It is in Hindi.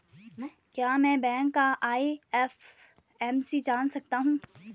क्या मैं बैंक का आई.एफ.एम.सी जान सकता हूँ?